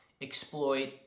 exploit